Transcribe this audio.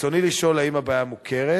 רצוני לשאול: 1. האם הבעיה מוכרת?